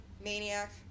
maniac